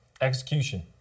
Execution